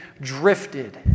drifted